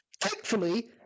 Thankfully